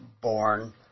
born